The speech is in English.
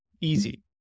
Easy